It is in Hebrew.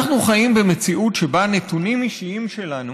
אנחנו חיים במציאות שבה נתונים אישיים שלנו